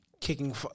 kicking